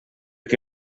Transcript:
què